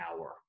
hour